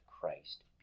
Christ